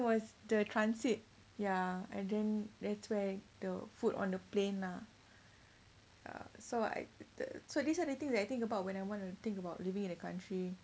was the transit ya and then that's where the food on the plane lah so I the so these are the things that I think about when I want to think about living in the country